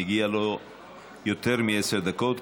מגיעות לו יותר מעשר דקות,